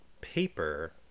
paper